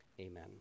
amen